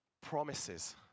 promises